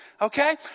okay